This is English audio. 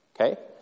okay